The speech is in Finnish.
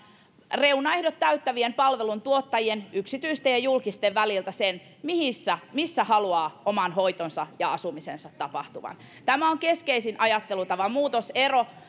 reunaehdot täyttävien palveluntuottajien yksityisten ja julkisten väliltä sen missä haluaa oman hoitonsa ja asumisensa tapahtuvan tämä on keskeisin ajattelutavan muutos ja ero